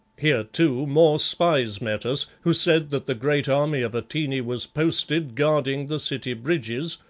here, too, more spies met us, who said that the great army of atene was posted guarding the city bridges,